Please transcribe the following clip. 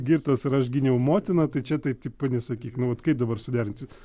girtas ir aš gyniau motiną tai čia taip tipo nesakyk nu vat kai dabar suderinti